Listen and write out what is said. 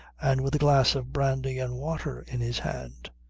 and with a glass of brandy-and-water in his hand.